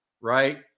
right